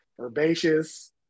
Herbaceous